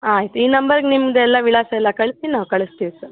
ಆಯ್ತು ಈ ನಂಬರ್ಗೆ ನಿಮ್ಮದೆಲ್ಲ ವಿಳಾಸ ಎಲ್ಲ ಕಳಿಸಿ ನಾವು ಕಳಿಸ್ತೀವಿ ಸರ್